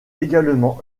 également